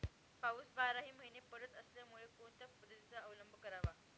पाऊस बाराही महिने पडत असल्यामुळे कोणत्या पद्धतीचा अवलंब करावा?